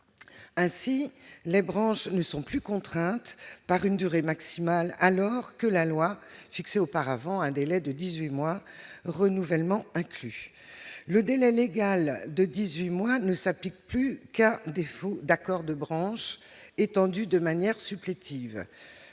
ainsi les branches ne sont plus contrainte par une durée maximale, alors que la loi fixait auparavant un délai de 18 mois renouvellement inclus le délai légal de 18 mois ne s'applique plus qu'à défaut d'accord de branche étendu de manière supplétive